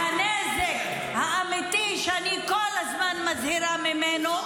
והנזק האמיתי, שאני כל הזמן מזהירה ממנו,